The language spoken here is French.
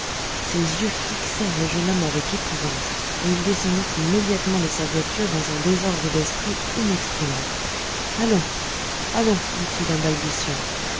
ses yeux fixèrent le jeune homme avec épouvante et il descendit immédiatement de sa voiture dans un désordre d'esprit inexprimable allons allons dit-il en balbutiant